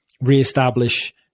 Re-establish